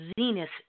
Zenith